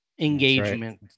engagement